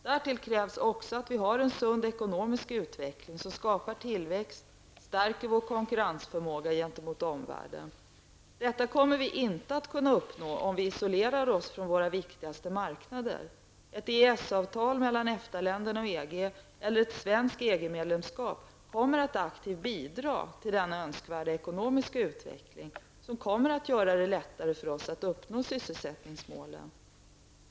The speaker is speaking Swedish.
Därtill krävs också att vi har en sund ekonomisk utveckling som skapar tillväxt och stärker vår konkurrensförmåga genemot omvärlden. Detta kommer vi inte att kunna uppnå om vi isolerar oss från våra viktigaste marknader. Ett EES-avtal mellan EFTA-länderna och EG eller ett svenskt EG-medlemskap kommer att aktivt bidra till denna önskvärda ekonomiska utveckling, vilken kommer att göra det lättare för oss att uppnå sysselsättningsmålen.